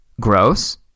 gross